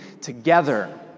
together